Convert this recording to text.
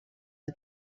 els